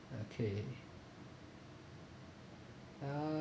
okay uh~